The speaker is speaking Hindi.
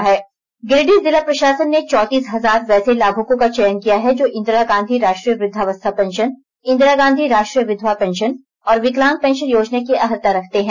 गिरिडीह स्पेषल स्टोरी गिरिडीह जिला प्रशासन ने चौतीस हजार वैसे लाभुकों का चयन किया है जो इंदिरा गांधी राष्ट्रीय वृद्धावस्था पेंशन इंदिरा गांधी राष्ट्रीय विधवा पेंशन और विकलांग पेंशन योजना की अहर्ता रखते हैं